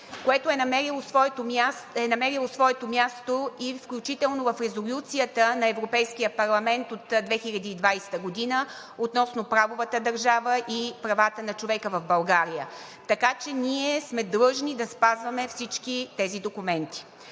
което е намерило своето място, включително в Резолюцията на Европейския парламент от 2020 г. относно правовата държава и правата на човека в България. Така че ние сме длъжни да спазваме всички тези документи.